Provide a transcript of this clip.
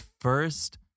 first